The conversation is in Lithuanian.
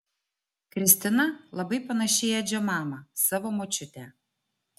kristina labai panaši į edžio mamą savo močiutę